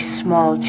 small